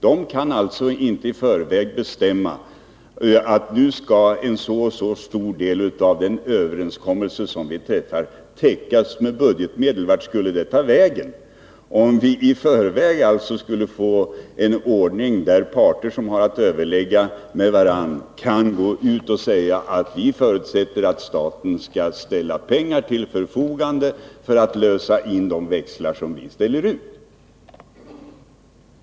De kan alltså inte i förväg bestämma att en viss del av en överenskommelse som träffas skall täckas med budgetmedel. Vart skulle det ta vägen, om vi hade en ordning där parter som har att överlägga med varandra i förväg kan gå ut och säga att de förutsätter att staten skall ställa pengar till förfogande för att lösa in de växlar som de ställer ut?